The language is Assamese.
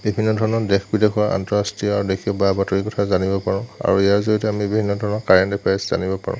বিভিন্ন ধৰণৰ দেশ বিদেশৰ আন্তঃৰাষ্ট্ৰীয় আৰু দেশীয় বা বাতৰিৰ কথা জানিব পাৰোঁ আৰু ইয়াৰ জৰিয়তে আমি বিভিন্ন ধৰণৰ কাৰেণ্ট এফেয়াৰ্চ জানিব পাৰোঁ